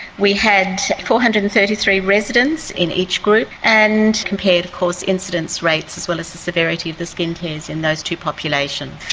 we had four hundred and thirty three residents in each group, and compared of course incidence rates as well as the severity of the skin tears in those two populations.